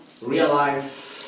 realize